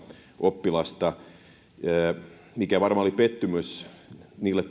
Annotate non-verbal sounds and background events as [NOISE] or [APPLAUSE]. oppilasta mikä varmaan oli pettymys niille [UNINTELLIGIBLE]